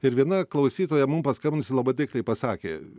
ir viena klausytoja mum paskambinusi labai taikliai pasakė